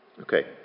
Okay